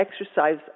exercise